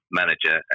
manager